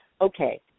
okay